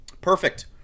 Perfect